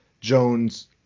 Jones